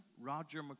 Roger